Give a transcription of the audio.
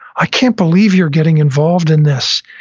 i can't believe you're getting involved in this.